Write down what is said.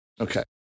Okay